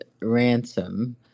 ransom